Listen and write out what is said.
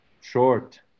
Short